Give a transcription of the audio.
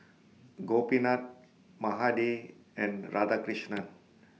Gopinath Mahade and Radhakrishnan